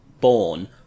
born